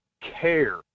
care